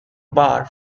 bar